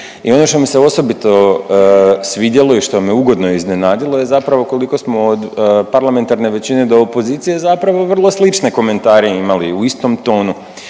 i ono što mi se osobito svidjelo i što me ugodno iznenadilo je zapravo koliko smo od parlamentarne većine do opozicije zapravo vrlo slične komentare imali u istom tonu,